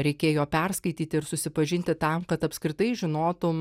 reikėjo perskaityti ir susipažinti tam kad apskritai žinotum